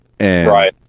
Right